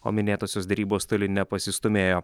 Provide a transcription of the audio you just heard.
o minėtosios derybos toli nepasistūmėjo